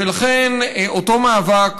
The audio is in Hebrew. ולכן אותו מאבק